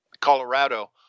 Colorado